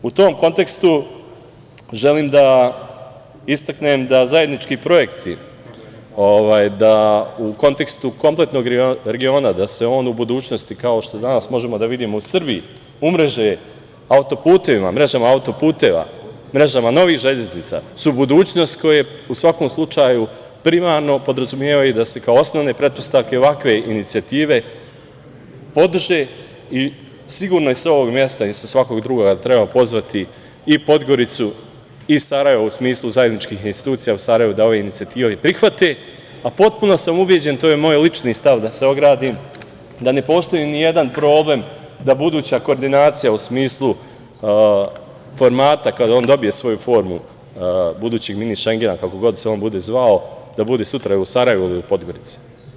U tom kontekstu želim da istaknem da zajednički projekti, da u kontekstu kompletnog regiona, da se on u budućnosti, kao što danas možemo da vidimo u Srbiji, umreže autoputevima, mrežama autoputeva, mrežama novih železnica su budućnost koja u svakom slučaju primarno podrazumevaju da se kao osnovne pretpostavke ovakve inicijative podrže i sigurno i sa ovog mesta i sa svakog drugog, treba pozvati i Podgoricu i Sarajevo u smislu zajedničkih institucija, u Sarajevu dao inicijativu da prihvate, a potpuno sam ubeđen, to je moje lični stav, da se ogradim, da ne postoji ni jedan problem da buduća koordinacija u smislu formata da on dobije svoju formu budućeg „mini Šengena“ kako god se on bude zvao, da bude sutra u Sarajevu ili u Podgorici.